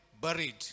buried